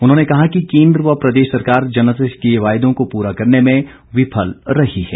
उन्होंने कहा कि केन्द्र व प्रदेश सरकार जनता से किए वायदों को पूरा करने में विफल रही है